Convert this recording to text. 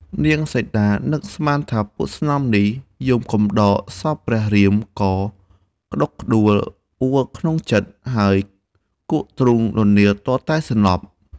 នាងសីតានឹកស្នាថាពួកស្នំនេះយំកំដរសពព្រះរាមក៏ក្តុកក្តួលអូលក្នុងចិត្ត ហើយគក់ទ្រូងននៀលទាល់តែសន្លប់។